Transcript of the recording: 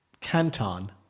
Canton